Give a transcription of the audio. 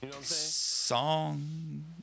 Song